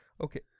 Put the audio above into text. okay